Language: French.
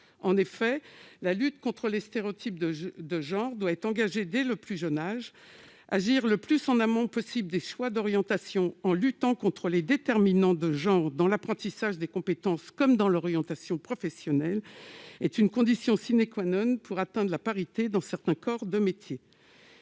En effet, la lutte contre ces stéréotypes doit être engagée dès le plus jeune âge. Agir le plus en amont possible des choix d'orientation, en luttant contre les déterminants de genre dans l'apprentissage des compétences comme dans l'orientation professionnelle, est une condition pour atteindre la parité dans certains corps de métiers.